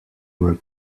were